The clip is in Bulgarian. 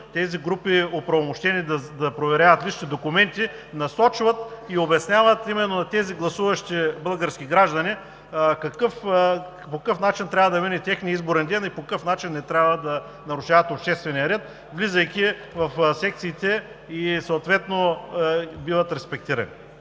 тези групи, оправомощени да проверяват лични документи, насочват и обясняват именно на тези гласуващи български граждани по какъв начин трябва да мине техният изборен ден и по какъв начин не трябва да нарушават обществения ред, влизайки в секциите, и съответно биват респектирани.